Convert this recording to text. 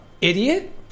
idiot